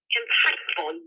impactful